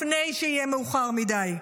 לפני שיהיה מאוחר מדי.